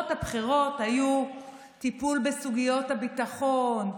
הבטחות הבחירות היו טיפול בסוגיות הביטחון,